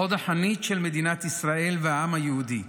חוד החנית של מדינת ישראל ושל העם היהודי,